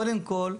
קודם כל,